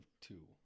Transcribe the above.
two